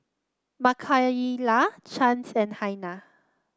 Makayla Chance and Hanna